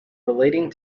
relating